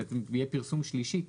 זה יהיה פרסום שלישי כבר.